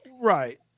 Right